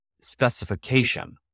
specification